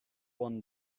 one